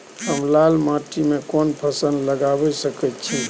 हम लाल माटी में कोन फसल लगाबै सकेत छी?